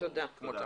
כמו תמיד.